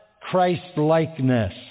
Christ-likeness